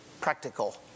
practical